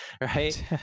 right